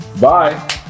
Bye